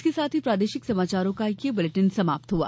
इसके साथ ही प्रादेशिक समाचार का ये बुलेटिन समाप्त हुआ